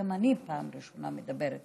גם אני פעם ראשונה מדברת